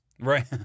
Right